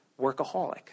workaholic